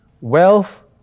wealth